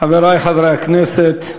חברי חברי הכנסת,